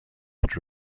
but